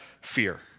fear